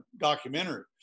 documentary